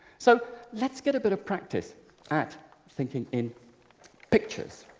so let's get a bit of practice at thinking in pictures.